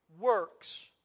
works